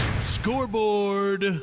Scoreboard